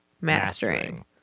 mastering